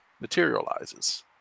materializes